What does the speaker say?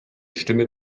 stimme